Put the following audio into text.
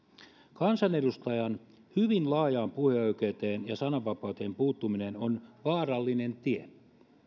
kansanedustajan hyvin laajaan puheoikeuteen ja sananvapauteen puuttuminen on vaarallinen tie